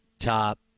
top